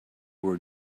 were